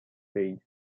seis